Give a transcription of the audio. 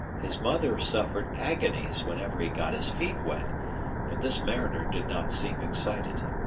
his mother suffered agonies whenever he got his feet wet but this mariner did not seem excited.